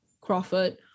Crawford